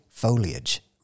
Foliage